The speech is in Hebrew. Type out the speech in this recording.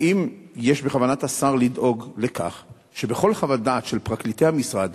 האם יש בכוונת השר לדאוג לכך שבכל חוות דעת של פרקליטי המשרד